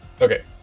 Okay